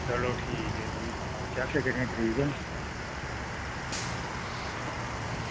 चलो ठीक ऐ भी तां केह् आखेआ किन्नी तरीक ऐ